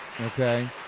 Okay